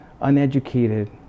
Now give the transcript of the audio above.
uneducated